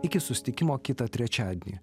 iki susitikimo kitą trečiadienį